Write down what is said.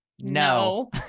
No